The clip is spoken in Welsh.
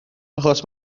achos